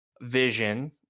Vision